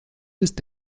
ist